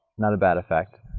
not a bad effect.